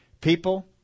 People